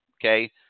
okay